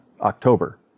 October